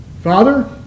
Father